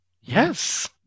Yes